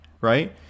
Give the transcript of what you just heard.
right